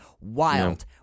Wild